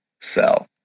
sell